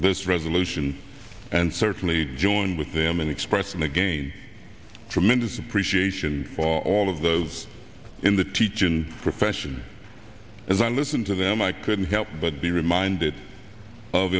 this resolution and certainly join with them and express and again tremendous appreciation all of those in the teaching profession as i listen to them i couldn't help but be reminded of